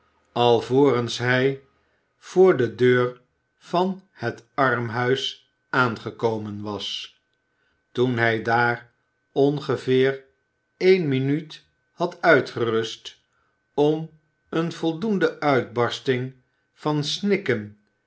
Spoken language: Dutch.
alvorens hij voor de deur van het armhuis aangekomen was toen hij daar ongeveer eene minuut had uitgerust om eene voldoende uitbarsting van snikken